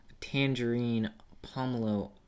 tangerine-pomelo